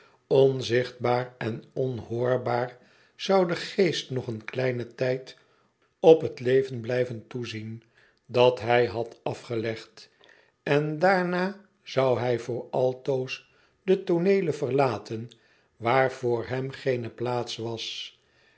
en onhoorbaar zou de geest nog een kleinen wd toezien dat hij had afgelegd en daarna zou hij voor altoos de tooneelen verlaten waar voor hem geene plaats was